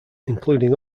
including